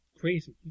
crazy